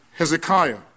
Hezekiah